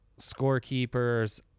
scorekeepers